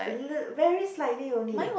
a little very slightly only